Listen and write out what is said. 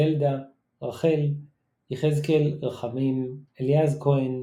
זלדה, רחל, יחזקאל רחמים, אליעז כהן,